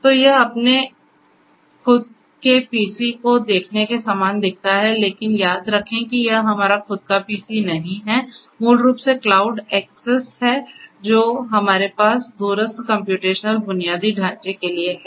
तो यह अपने खुद के पीसी को देखने के समान दिखता है लेकिन याद रखें कि यह हमारा खुद का पीसी नहीं है यह मूल रूप से क्लाउड एक्सेस है जो हमारे पास दूरस्थ कम्प्यूटेशनल बुनियादी ढांचे के लिए है